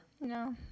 no